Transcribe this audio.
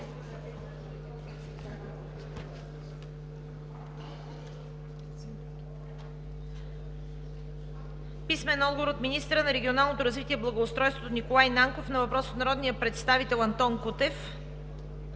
Дора Янкова; - министъра на регионалното развитие и благоустройството Николай Нанков на въпрос от народния представител Антон Кутев;